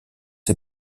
est